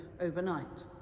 overnight